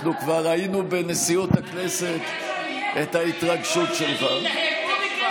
אנחנו כבר ראינו בנשיאות הכנסת את ההתרגשות שלך.